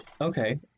Okay